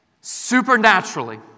supernaturally